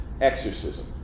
exorcism